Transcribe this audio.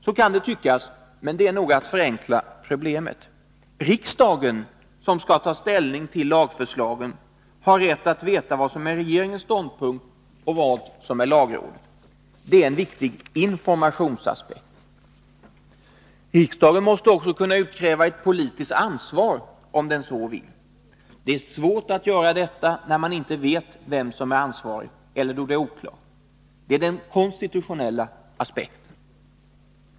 Så kan det tyckas, men det är att förenkla problemet. Riksdagen, som skall ta ställning till lagförslagen, har rätt att veta vad som är regeringens ståndpunkt och vad som är lagrådets. Det är en viktig informationsaspekt. Riksdagen måste också kunna utkräva ett politiskt ansvar om den så vill. Det är svårt att göra detta när man inte vet vem som är ansvarig eller när detta är oklart. Det är den konstitutionella aspekten.